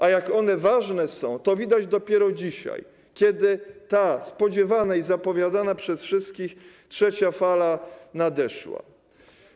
A jak one ważne są, to widać dopiero dzisiaj, kiedy ta spodziewana i zapowiadana przez wszystkich trzecia fala nadeszła.